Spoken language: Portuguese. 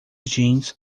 jeans